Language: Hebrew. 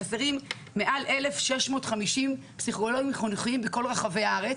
חסרים למעלה מ-1,650 פסיכולוגים חינוכיים בכל רחבי הארץ,